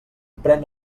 pren